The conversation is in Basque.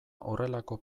horrelako